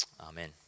Amen